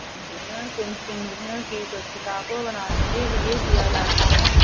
भेड़ क्रंचिंग भेड़ की स्वच्छता को बनाने के लिए किया जाता है